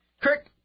Kirk